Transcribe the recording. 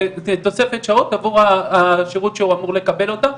תוספת שעות עבור השירות שהוא אמור לקבל אותו,